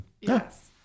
Yes